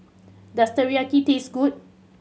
does Teriyaki taste good